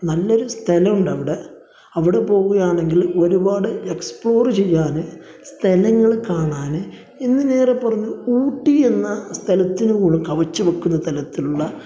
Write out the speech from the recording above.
നല്ല ഒരു സ്ഥലമുണ്ട് അവിടെ അവിടെ പോകുകയാണെങ്കിൽ ഒരുപാട് എക്സ്പ്ലോറ് ചെയ്യാൻ സ്ഥലങ്ങൾ കാണാൻ എന്തിനേറെ പറഞ്ഞു ഊട്ടി എന്ന സ്ഥലത്തിന് മുകളിൽ കവച്ച് വയ്ക്കുന്ന തലത്തിലുള്ള